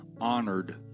honored